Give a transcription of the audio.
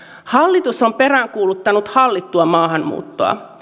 hallitus on peräänkuuluttanut hallittua maahanmuuttoa